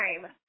time